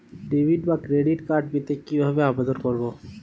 Debit বা credit card পেতে কি ভাবে আবেদন করব?